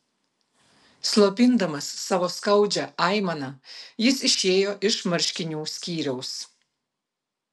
slopindamas savo skaudžią aimaną jis išėjo iš marškinių skyriaus